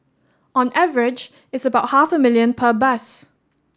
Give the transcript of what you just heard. on average it's about half a million per bus